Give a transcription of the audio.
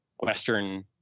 Western